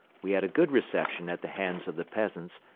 we had a good reception at the hands of the peasants,